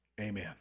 Amen